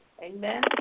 Amen